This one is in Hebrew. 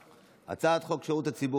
(תיקון,